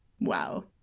Wow